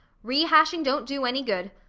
re-hashing don't do any good.